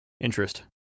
interest